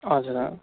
हजुर